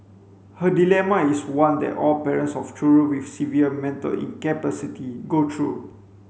her dilemma is one that all parents of children with severe mental incapacity go through